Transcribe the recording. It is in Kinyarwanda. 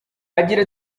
agira